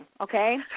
Okay